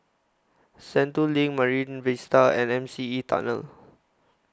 Sentul LINK Marine Vista and M C E Tunnel